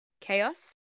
Chaos